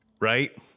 right